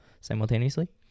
simultaneously